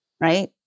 Right